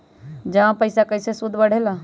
जमा पईसा के कइसे सूद बढे ला?